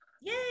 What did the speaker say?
Yay